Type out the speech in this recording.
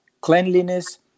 cleanliness